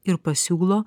ir pasiūlo